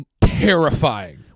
terrifying